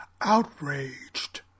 outraged